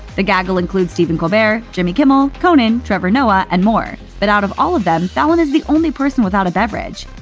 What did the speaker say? the gaggle includes stephen colbert, jimmy kimmel, conan, trevor noah, and more. but out of all of them, fallon is the only person without a beverage.